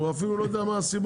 הוא אפילו לא יודע מה הסיבה.